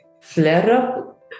flare-up